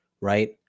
Right